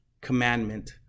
commandment